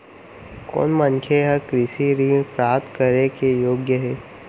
कोन मनखे ह कृषि ऋण प्राप्त करे के योग्य हे?